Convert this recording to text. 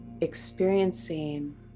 experiencing